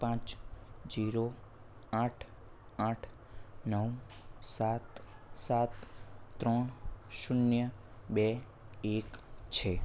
પાંચ જીરો આઠ આઠ નવ સાત સાત ત્રણ શૂન્ય બે એક છે